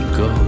go